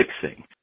fixing